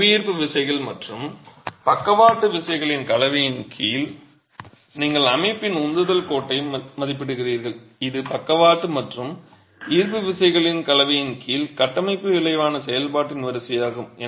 புவியீர்ப்பு விசைகள் மற்றும் பக்கவாட்டு விசைகளின் கலவையின் கீழ் நீங்கள் அமைப்பின் த்ரஸ்ட் லைன் மதிப்பிடுகிறீர்கள் இது பக்கவாட்டு மற்றும் ஈர்ப்பு விசைகளின் கலவையின் கீழ் கட்டமைப்பின் விளைவான செயல்பாட்டின் வரிசையாகும்